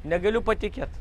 negaliu patikėt